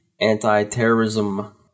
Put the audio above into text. anti-terrorism